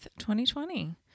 2020